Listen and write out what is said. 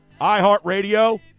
iHeartRadio